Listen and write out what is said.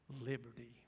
liberty